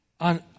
on